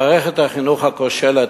מערכת החינוך הכושלת,